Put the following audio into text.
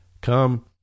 come